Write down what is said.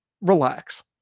relax